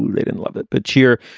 they didn't love it. but cheer.